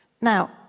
Now